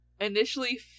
initially